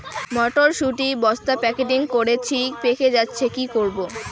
মটর শুটি বস্তা প্যাকেটিং করেছি পেকে যাচ্ছে কি করব?